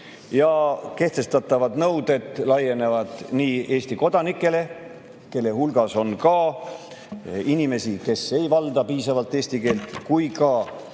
Kehtestatavad nõuded laienevad nii Eesti kodanikele, kelle hulgas on ka inimesi, kes ei valda piisavalt eesti keelt, kui ka